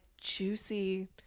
juicy